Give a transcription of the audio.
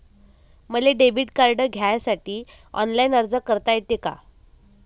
मले debit card घ्यासाठी online अर्ज करता येते का?